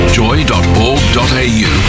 joy.org.au